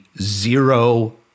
zero